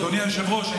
אדוני היושב-ראש,